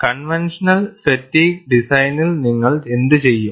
conventional fatigue ഡിസൈനിൽ നിങ്ങൾ എന്തുചെയ്യും